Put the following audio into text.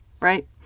right